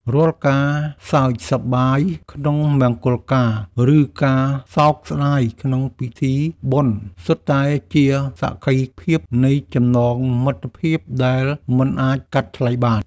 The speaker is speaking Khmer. រាល់ការសើចសប្បាយក្នុងមង្គលការ ឬការសោកស្តាយក្នុងពិធីបុណ្យ សុទ្ធតែជាសក្ខីភាពនៃចំណងមិត្តភាពដែលមិនអាចកាត់ថ្លៃបាន។